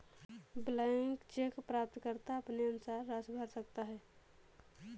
blank cheque प्राप्तकर्ता अपने अनुसार राशि भर सकता है